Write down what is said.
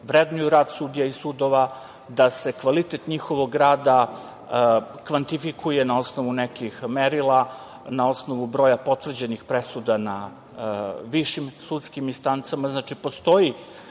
vrednuju rad sudija i sudova, da se kvalitet njihovog rada kvantifikuje na osnovu nekih merila, na osnovu broja potvrđenih presuda na višim sudskim instancama. Znači, postoji